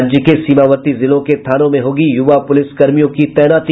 राज्य के सीमावर्ती जिलों के थानों में होगी युवा पुलिस कर्मियों की तैनाती